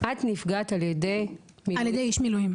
על ידי מי נפגעת?